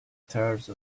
terse